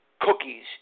cookies